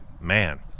Man